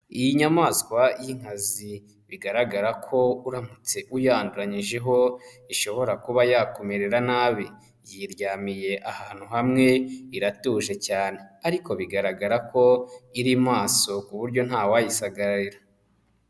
Iyi nyamaswa y'inkazi, bigaragara ko uramutse uyanduranyijeho ishobora kuba yakumerera nabi, yiryamiye ahantu hamwe, iratuje cyane. Ariko bigaragara ko iri maso ku buryo ntawayisagarira.